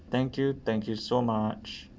thank you thank you so much